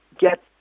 get